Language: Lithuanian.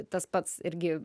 tas pats irgi